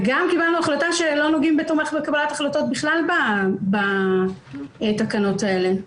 וגם קיבלנו החלטה שלא נוגעים ב"תומך בקבלת החלטות" בכלל בתקנות האלה.